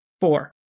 Four